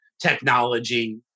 technology